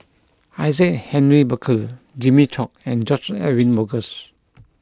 Isaac Henry Burkill Jimmy Chok and George Edwin Bogaars